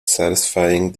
satisfying